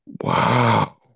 Wow